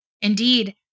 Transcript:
Indeed